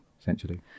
Essentially